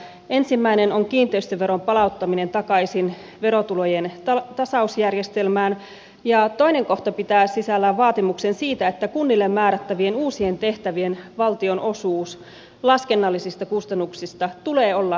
ensimmäinen on kiinteistöveron palauttaminen takaisin verotulojen tasausjärjestelmään ja toinen kohta pitää sisällään vaatimuksen siitä että kunnille määrättävien uusien tehtävien valtionosuuden laskennallisista kustannuksista tulee olla täysimääräinen